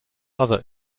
other